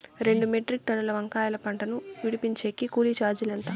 రెండు మెట్రిక్ టన్నుల వంకాయల పంట ను విడిపించేకి కూలీ చార్జీలు ఎంత?